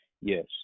Yes